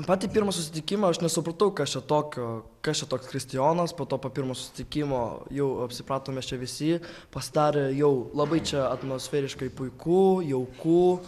patį pirmą susitikimą aš nesupratau kas čia tokio kas čia toks kristijonas po to po pirmo susitikimo jau apsipratom mes čia visi pasidarė jau labai čia atmosferiškai puiku jauku